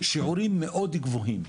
שיעורים מאוד גבוהים,